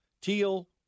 teal